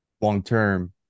long-term